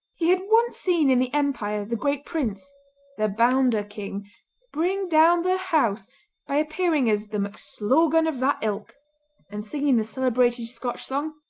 he had once seen in the empire the great prince the bounder king' bring down the house by appearing as the macslogan of that ilk and singing the celebrated scotch song,